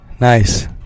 Nice